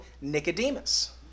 Nicodemus